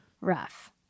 Rough